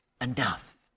enough